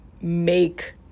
make